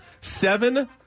seven